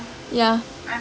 yeah